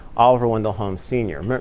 oliver wendell holmes, sr.